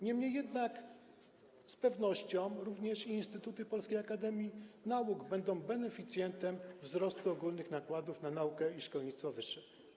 Niemniej jednak z pewnością również instytuty Polskiej Akademii Nauk będą beneficjentami wzrostu ogólnych nakładów na naukę i szkolnictwo wyższe.